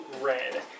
red